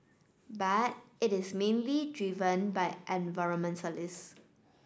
but it is mainly driven by environmentalists